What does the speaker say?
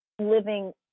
living